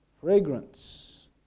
fragrance